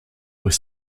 were